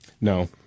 No